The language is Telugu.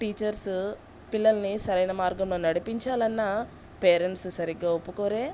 టీచర్సు పిల్లల్ని సరైన మార్గంలో నడిపించాలన్నా పేరెంట్స్ సరిగ్గా ఒప్పుకోరే